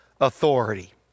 authority